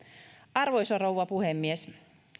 arvoisa rouva puhemies